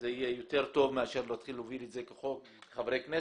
זה יהיה יותר טוב מאשר להתחיל להוביל את זה כחוק של חברי כנסת,